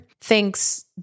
thinks